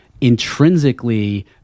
intrinsically